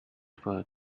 for